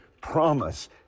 promise